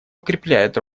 укрепляют